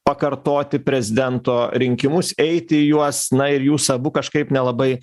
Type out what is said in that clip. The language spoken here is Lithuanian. pakartoti prezidento rinkimus eiti į juos na ir jūs abu kažkaip nelabai